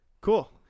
Cool